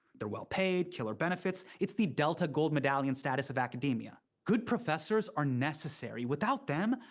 they're well-paid, killer benefits. it's the delta gold medallion status of academia. good professors are necessary. without them,